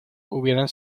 hubieran